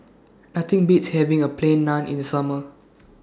Nothing Beats having A Plain Naan in Summer